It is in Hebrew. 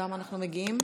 לכמה אנחנו מגיעים?